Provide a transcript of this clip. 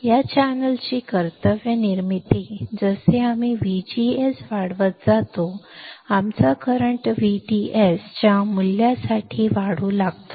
या चॅनेलची कर्तव्य निर्मिती जसे आम्ही VGS वाढवत जातो आमचा करंट VDS च्या मूल्यासाठी वाढू लागतो